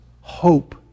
hope